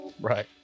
Right